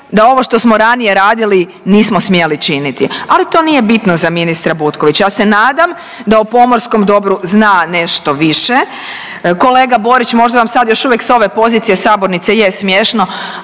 da ovo što smo ranije radili nismo smjeli činiti, ali to nije bitno za ministra Butkovića. Ja se nadam da o pomorskom dobru zna nešto više. Kolega Borić možda vam sad još uvijek s ove pozicije sabornice je smiješno,